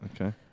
Okay